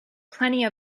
plenty